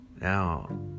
now